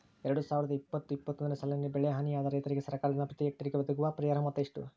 ಎರಡು ಸಾವಿರದ ಇಪ್ಪತ್ತು ಇಪ್ಪತ್ತೊಂದನೆ ಸಾಲಿನಲ್ಲಿ ಬೆಳೆ ಹಾನಿಯಾದ ರೈತರಿಗೆ ಸರ್ಕಾರದಿಂದ ಪ್ರತಿ ಹೆಕ್ಟರ್ ಗೆ ಒದಗುವ ಪರಿಹಾರ ಮೊತ್ತ ಎಷ್ಟು?